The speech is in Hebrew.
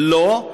לו,